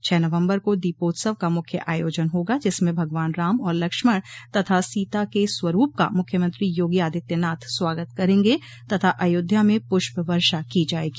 छह नवम्बर को दीपोत्सव का मुख्य आयोजन होगा जिसमें भगवान राम और लक्ष्मण तथा सीता के स्वरूप का मुख्यमंत्री योगी आदित्यनाथ स्वागत करेंगे तथा अयोध्या में पूष्प वर्षा की जायेगी